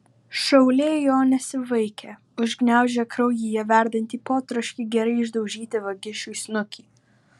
šaulė jo nesivaikė užgniaužė kraujyje verdantį potroškį gerai išdaužyti vagišiui snukį